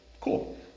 cool